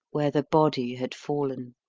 where the body had fallen.